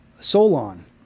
Solon